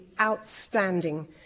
outstanding